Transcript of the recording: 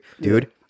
dude